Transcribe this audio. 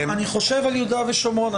אני חושב על יהודה ושומרון,